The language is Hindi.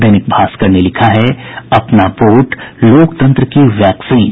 दैनिक भास्कर ने लिखा है अपना वोट लोकतंत्र की वैक्सीन